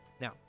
now